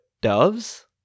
doves